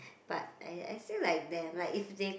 but I I feel like there might if they